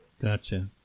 Gotcha